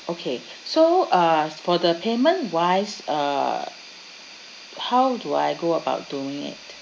okay so uh for the payment wise uh how do I go about doing it